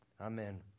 Amen